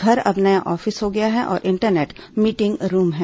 घर अब नया ऑफिस हो गया है और इंटरनेट मीटिंग रूम है